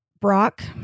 Brock